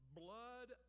blood